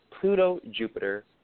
Pluto-Jupiter